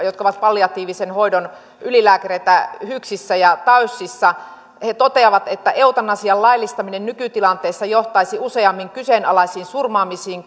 jotka ovat palliatiivisen hoidon ylilääkäreitä hyksissä ja taysissa kirjoittama kirjoitus he toteavat että eutanasian laillistaminen nykytilanteessa johtaisi useammin kyseenalaisiin surmaamisiin